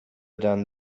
done